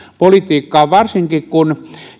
politiikkaa varsinkin kun